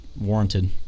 warranted